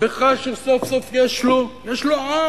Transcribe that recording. בכך שסוף-סוף יש לו עם,